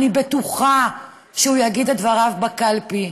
אני בטוח שהוא יגיד את דברו בקלפי,